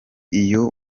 iyo